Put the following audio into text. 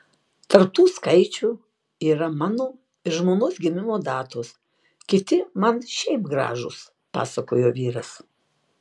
tarp tų skaičių yra mano ir žmonos gimimo datos kiti man šiaip gražūs pasakojo vyras